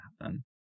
happen